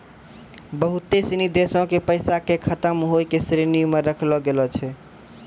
बहुते सिनी देशो के पैसा के खतम होय के श्रेणी मे राखलो गेलो छै